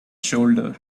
shoulder